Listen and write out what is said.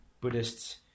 Buddhists